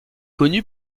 connu